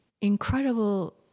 incredible